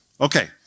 Okay